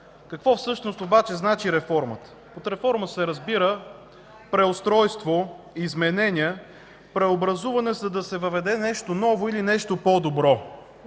Какво всъщност обаче значи реформата? Под реформа се разбира преустройство, изменения, преобразуване, за да се въведе нещо ново или нещо по-добро.